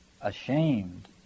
Ashamed